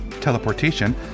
teleportation